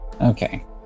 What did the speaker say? Okay